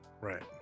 right